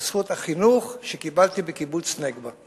בזכות החינוך שקיבלתי בקיבוץ נגבה.